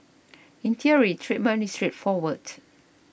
in theory treatment is straightforward